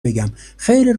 بگم، خیلی